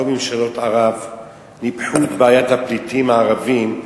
כל ממשלות ערב ניפחו את בעיית הפליטים הערבים,